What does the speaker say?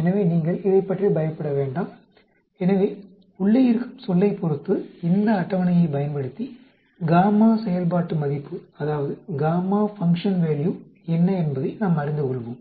எனவே நீங்கள் இதைப் பற்றி பயப்பட வேண்டாம் எனவே உள்ளே இருக்கும் சொல்லைப் பொறுத்து இந்த அட்டவணையைப் பயன்படுத்தி காமா செயல்பாட்டு மதிப்பு என்ன என்பதை நாம் அறிந்து கொள்வோம்